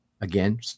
again